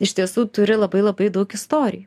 iš tiesų turi labai labai daug istorijų